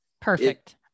perfect